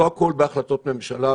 לא הכול בהחלטות ממשלה,